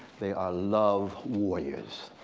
they are love warriors,